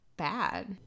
bad